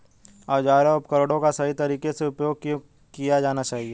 औजारों और उपकरणों का सही तरीके से उपयोग क्यों किया जाना चाहिए?